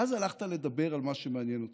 ואז הלכת לדבר על מה שמעניין אותך,